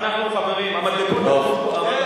אנחנו, חברים, המדבקות, טוב.